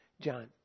John